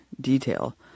detail